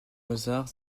mozart